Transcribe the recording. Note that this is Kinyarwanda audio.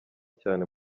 cyane